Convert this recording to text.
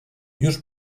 już